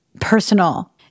personal